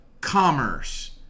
commerce